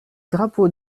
drapeau